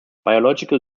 biological